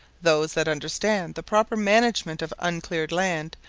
those that understand the proper management of uncleared land,